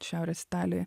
šiaurės italijoj